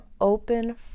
open